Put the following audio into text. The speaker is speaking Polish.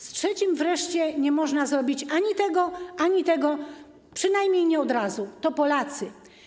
Z trzecimi wreszcie nie można zrobić ani tego, ani tego, przynajmniej nie od razu - to Polacy.